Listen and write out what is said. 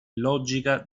logica